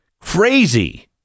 Crazy